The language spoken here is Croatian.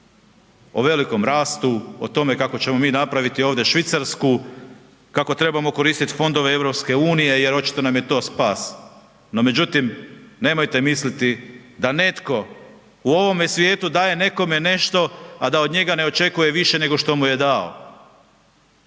o velikom rastu, o tome kako ćemo mi napraviti ovdje Švicarsku, kako trebamo koristiti fondove EU jer očito nam je to spas. No međutim, nemojte misliti da netko u ovome svijetu daje nekome nešto, a da od njega ne očekuje više nego što mu je dao.